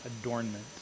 adornment